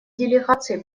делегации